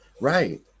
right